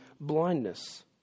blindness